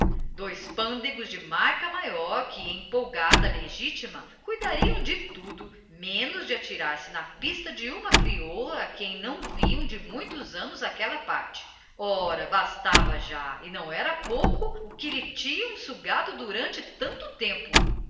dois pândegos de marca maior que empolgada a legitima cuidariam de tudo menos de atirar-se na pista de uma crioula a quem não viam de muitos anos àquela parte ora bastava já e não era pouco o que lhe tinham sugado durante tanto tempo